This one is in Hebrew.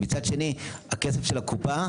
מצד שני, הכסף של הקופה,